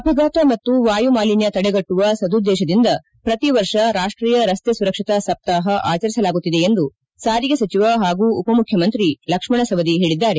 ಅಪಘಾತ ಮತ್ತು ವಾಯು ಮಾಲಿನ್ದ ತಡೆಗಟ್ಟುವ ಸದುದ್ದೇಶದಿಂದ ಪ್ರತಿವರ್ಷ ರಾಷ್ಟೀಯ ರಸ್ತೆ ಸುರಕ್ಷತಾ ಸಪ್ತಾಪ ಆಚರಿಸಲಾಗುತ್ತಿದೆ ಎಂದು ಸಾರಿಗೆ ಸಚಿವ ಪಾಗೂ ಉಪಮುಖ್ಯಮಂತ್ರಿ ಲಕ್ಷ್ಮಣ ಸವದಿ ಹೇಳಿದ್ದಾರೆ